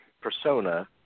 persona